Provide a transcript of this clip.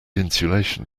insulation